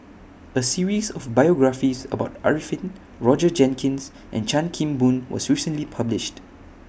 A series of biographies about Arifin Roger Jenkins and Chan Kim Boon was recently published